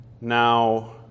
Now